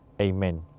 Amen